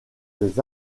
des